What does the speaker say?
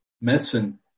medicine